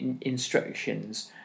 instructions